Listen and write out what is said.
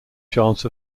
chance